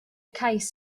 cais